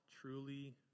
truly